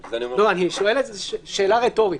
לא, זו שאלה רטורית.